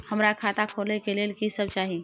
हमरा खाता खोले के लेल की सब चाही?